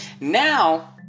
Now